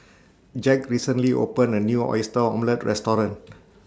Jack recently opened A New Oyster Omelette Restaurant